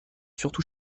surtout